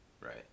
right